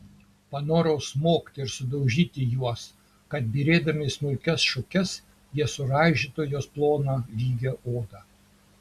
panorau smogti ir sudaužyti juos kad byrėdami į smulkias šukes jie suraižytų jos ploną lygią odą